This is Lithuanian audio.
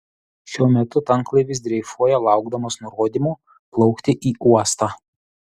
šiuo metu tanklaivis dreifuoja laukdamas nurodymo plaukti į uostą